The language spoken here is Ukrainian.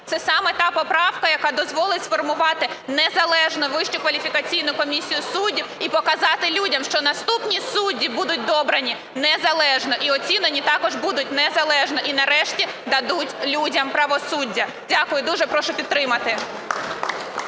Це саме та поправка, яка дозволить сформувати незалежну Вищу кваліфікаційну комісію суддів і показати людям, що наступні судді будуть добрані незалежно і оцінені також будуть незалежно, і нарешті дадуть людям правосуддя. Дякую дуже. Прошу підтримати.